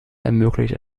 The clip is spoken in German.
ermöglicht